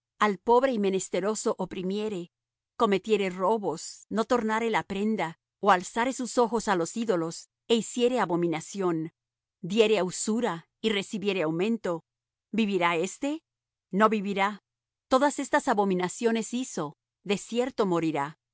al pobre y menesteroso oprimiere cometiere robos no tornare la prenda ó alzare sus ojos á los ídolos é hiciere abominación diere á usura y recibiere aumento vivirá éste no vivirá todas estas abominaciones hizo de cierto morirá